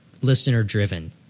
listener-driven